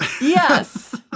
Yes